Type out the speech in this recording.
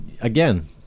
again